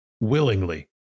willingly